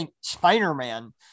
Spider-Man